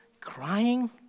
crying